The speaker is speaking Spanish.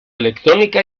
electrónica